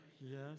Yes